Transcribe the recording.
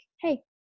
hey